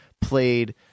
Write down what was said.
played